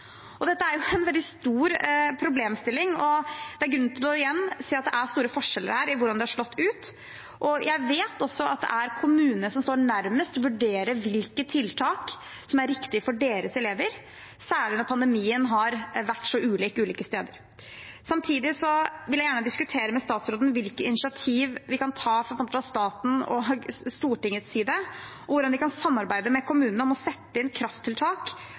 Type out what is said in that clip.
Dette er en veldig stor problemstilling. Det er igjen grunn til å si at her er det store forskjeller i hvordan det har slått ut, og jeg vet også at det er kommunene som står nærmest til å vurdere hvilke tiltak som er riktige for deres elever, særlig når pandemien har vært så ulik ulike steder. Samtidig vil jeg gjerne diskutere med statsråden hvilke initiativ vi kan ta fra staten og Stortingets side, og hvordan vi kan samarbeide med kommunene om å sette inn krafttiltak